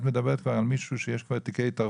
את מדברת כבר על מקרה של מי שיש אצלו תיקי התערבות,